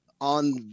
on